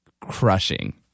crushing